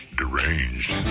deranged